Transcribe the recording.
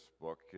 book